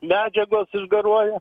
medžiagos išgaruoja